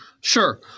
Sure